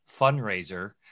fundraiser